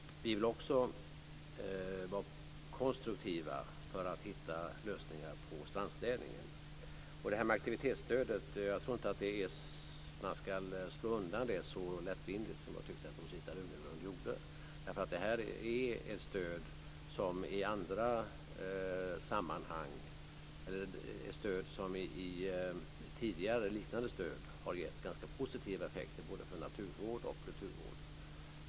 Vi vill också vara konstruktiva för att hitta lösningar på problemet med strandstädningen. Jag tror inte att man ska slå undan aktivitetsstödet så lättvindigt som jag tyckte att Rosita Runegrund gjorde. Tidigare har liknande stöd i andra sammanhang gett ganska positiva effekter både för naturvården och kulturvården.